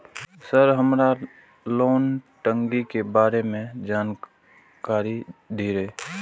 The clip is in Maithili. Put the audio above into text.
सर हमरा लोन टंगी के बारे में जान कारी धीरे?